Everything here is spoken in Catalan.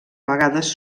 vegades